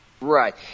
Right